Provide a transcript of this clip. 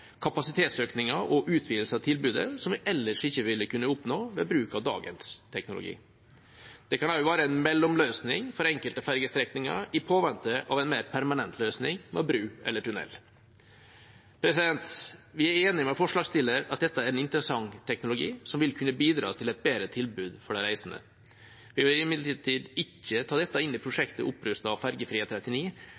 og utvidelse av tilbudet som en ellers ikke vil kunne oppnå ved bruk av dagens teknologi. Det kan også være en mellomløsning for enkelte fergestrekninger i påvente av en mer permanent løsning med bro eller tunnel. Vi er enig med forslagsstillerne i at dette er en interessant teknologi som vil kunne bidra til et bedre tilbud for de reisende. Vi vil imidlertid ikke ta dette inn i